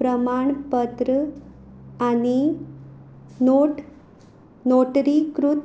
प्रमाणपत्र आनी नोट नोटरीकृत